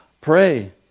Pray